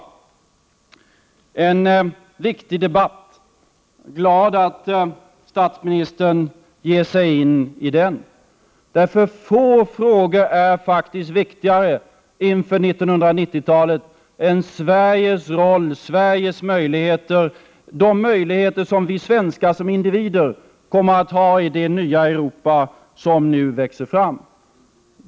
Detta är en viktig debatt, och jag är glad att statsministern ger sig in i den. Få frågor är faktiskt viktigare inför 1990-talet än Sveriges roll i Europa och de möjligheter som vi svenskar som individer kommer att ha i det nya Europa som nu växer fram.